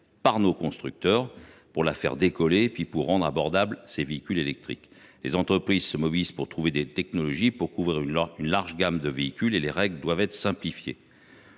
de nos constructeurs –, pour la faire décoller et pour rendre abordable le prix des véhicules électriques. Les entreprises se mobilisent pour trouver des technologies couvrant une large gamme de véhicules. Dans ce contexte, les règles doivent être simplifiées.